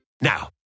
Now